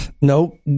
no